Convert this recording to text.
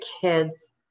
kids